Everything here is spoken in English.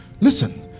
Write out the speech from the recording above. listen